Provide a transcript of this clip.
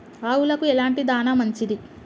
ఆవులకు ఎలాంటి దాణా మంచిది?